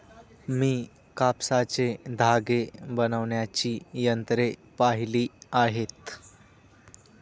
मी कापसाचे धागे बनवण्याची यंत्रे पाहिली आहेत